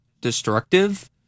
destructive